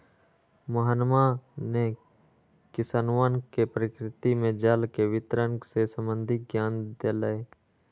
मोहनवा ने किसनवन के प्रकृति में जल के वितरण से संबंधित ज्ञान देलय